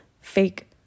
fake